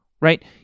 right